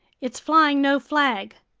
it's flying no flag.